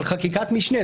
על חקיקת משנה.